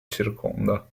circonda